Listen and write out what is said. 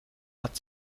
hat